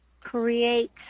create